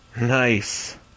Nice